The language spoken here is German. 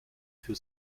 für